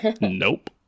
nope